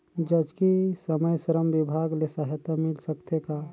जचकी समय श्रम विभाग ले सहायता मिल सकथे का?